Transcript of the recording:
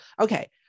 okay